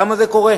למה זה קורה?